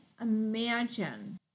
imagine